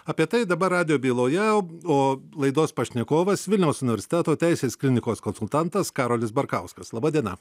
apie tai dabar radijo byloje o laidos pašnekovas vilniaus universiteto teisės klinikos konsultantas karolis barkauskas laba diena